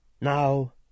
Now